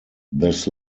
this